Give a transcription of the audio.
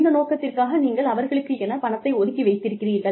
இந்த நோக்கத்திற்காக நீங்கள் அவர்களுக்கென பணத்தை ஒதுக்கி வைத்திருக்கிறீர்கள்